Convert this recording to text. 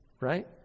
Right